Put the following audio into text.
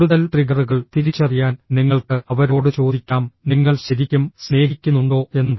കൂടുതൽ ട്രിഗറുകൾ തിരിച്ചറിയാൻ നിങ്ങൾക്ക് അവരോട് ചോദിക്കാം നിങ്ങൾ ശരിക്കും സ്നേഹിക്കുന്നുണ്ടോ എന്ന്